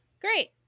great